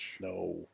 No